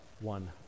one